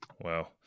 Wow